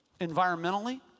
environmentally